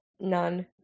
None